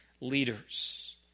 leaders